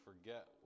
forget